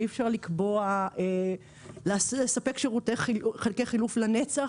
ואי אפשר לספק שירותי חלקי חילוף לנצח,